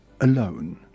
alone